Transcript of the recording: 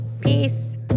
peace